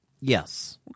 Yes